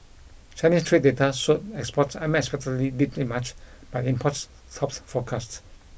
Chinese trade data showed exports unexpectedly dipped in March but imports topped forecasts